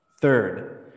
Third